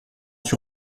sur